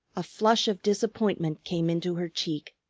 a flush of disappointment came into her cheek,